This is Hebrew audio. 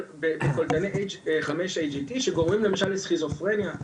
בקולטני חמש AVP שגורמים למשל לסכיזופרניה,